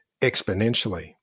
exponentially